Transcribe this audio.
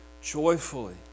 Joyfully